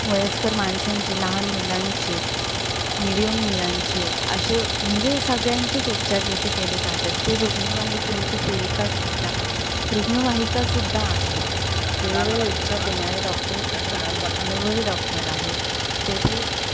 वयस्कर माणसांचे लहान मुलांचे मिडियम मुलांचे असे म्हणजे सगळ्यांचेच उपचार तेथे केले जातात ते रुग्णवाहिकेची सेविकासुद्धा रुग्णवाहिकासुद्धा आहेत वेगवेगळे उपचार देणारे डॉक्टरसुद्धा आहेत अनुभवी डॉक्टर आहेत तेथे